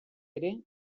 ere